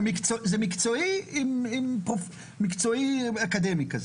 זה מקצועי אקדמי.